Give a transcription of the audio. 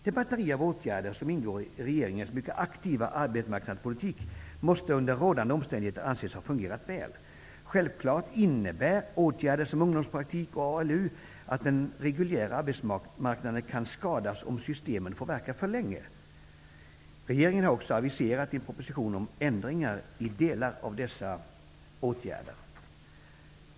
Det batteri av åtgärder som ingår i regeringens mycket aktiva arbetsmarknadspolitik måste under rådande omständigheter anses ha fungerat väl. Självfallet innebär åtgärder som ungdomspraktik och ALU att den reguljära arbetsmarknaden kan skadas om systemen får verka för länge. Regeringen har också aviserat en proposition om ändringar i delar av dessa åtgärder.